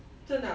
真的啊